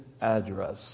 address